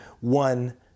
one